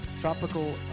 Tropical